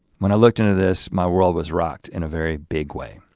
when i looked into this my world was rocked in a very big way.